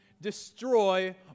destroy